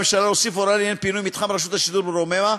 ביקשה הממשלה להוסיף הוראה לעניין פינוי מתחם רשות השידור ברוממה,